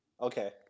Okay